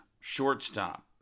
shortstop